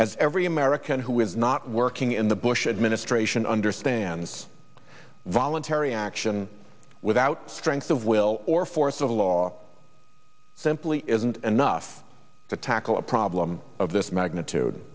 as every american who is not working in the bush administration understands voluntary action without strength of will or force of law simply isn't enough to tackle a problem of this magnitude